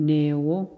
Neo